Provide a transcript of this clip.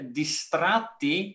distratti